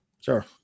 Sure